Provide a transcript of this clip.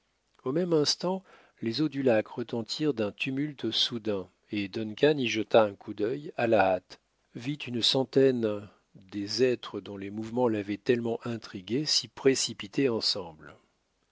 au même instant les eaux du lac retentirent d'un tumulte soudain et duncan y jetant un coup d'œil à la hâte vit une centaine des êtres dont les mouvements l'avaient tellement intrigué s'y précipiter ensemble